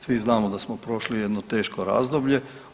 Svi znamo da smo prošli jedno teško razdoblje.